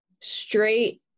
straight